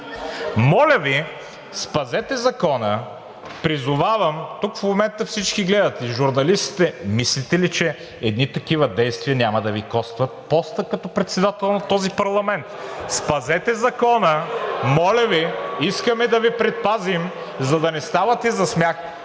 Моля Ви, спазете закона! Призовавам! Тук в момента всички гледат, и журналистите. Мислите ли, че едни такива действия няма да Ви костват поста като председател на този парламент?! Спазете закона, моля Ви! Искаме да Ви предпазим, за да не ставате за смях.